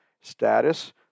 Status